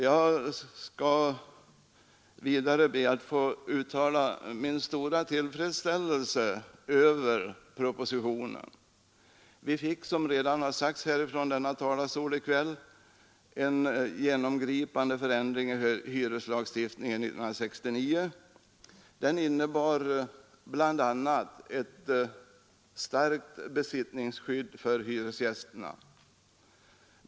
Jag skall vidare be att få uttala min stora tillfredsställelse över propositionen. Vi fick, som redan sagts från denna talarstol i kväll, en genomgripande förändring i hyreslagstiftningen 1969. Den innebar bl.a. ett starkt besittningsskydd för hyresgästerna.